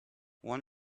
one